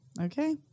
okay